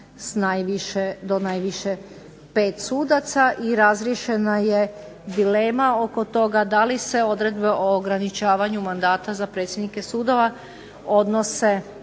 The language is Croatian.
s najviše, do najviše pet sudaca. I razriješena je dilema oko toga da li se odredbe o ograničavanju mandata za predsjednike sudova odnose